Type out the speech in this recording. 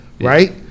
right